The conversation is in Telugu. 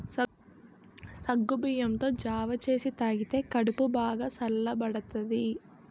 సగ్గుబియ్యంతో జావ సేసి తాగితే కడుపు బాగా సల్లబడతాది